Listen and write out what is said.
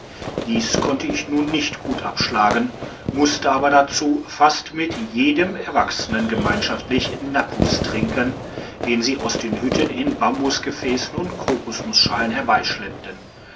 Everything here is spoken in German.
dies konnte ich nun nicht gut abschlagen musste aber dazu fast mit jedem erwachsenen gemeinschaftlich napus trinken den sie aus den hütten in ßambusgefässen und kokusnusschalen